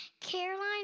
Caroline